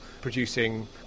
producing